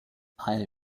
eye